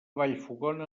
vallfogona